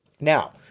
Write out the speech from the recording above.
Now